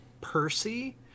Percy